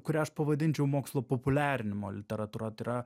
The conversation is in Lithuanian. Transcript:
kurią aš pavadinčiau mokslo populiarinimo literatūra